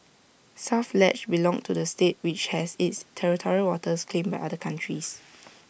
south ledge belonged to the state which has its territorial waters claimed by other countries